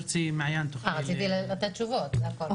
אימאן ח'טיב יאסין (רע"מ - רשימת האיחוד